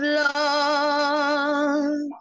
love